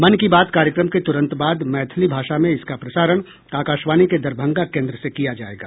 मन की बात कार्यक्रम के तुरंत बाद मैथिली भाषा में इसका प्रसारण आकाशवाणी के दरभंगा केन्द्र से किया जायेगा